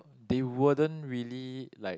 they wouldn't really like